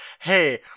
hey